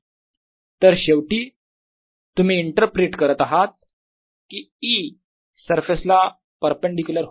तर शेवटी तुम्ही इंटरप्रिट करत आहात कि E सरफेसला परपेंडीक्युलर होतोय